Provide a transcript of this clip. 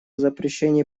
запрещении